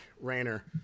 Rayner